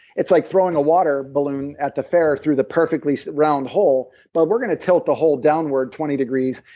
it's like throwing a water balloon at the fair through the perfectly round hole, but we're going to tilt the hole downward twenty degrees,